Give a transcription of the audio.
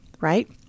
right